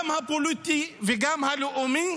גם הפוליטי וגם הלאומי,